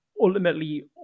Ultimately